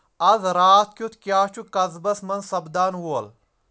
آز راتھ کِیُتھ کیاہ چُھ قصبس منز سپدن وول ؟